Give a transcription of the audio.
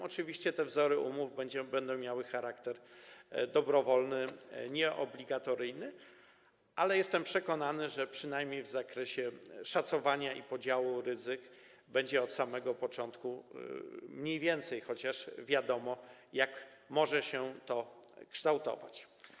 Oczywiście te wzory umów będą miały charakter dobrowolny, nie obligatoryjny, ale jestem przekonany, że przynajmniej w zakresie szacowania i podziału ryzyk będzie od samego początku - mniej więcej chociaż - wiadomo, jak może się to kształtować.